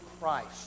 Christ